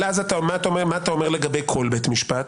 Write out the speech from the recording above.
מה אתה אומר לגבי כל בית משפט?